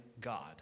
God